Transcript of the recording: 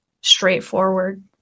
straightforward